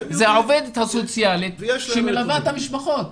זאת העובדת הסוציאלית שמלווה את המשפחה.